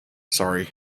sorry